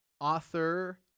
author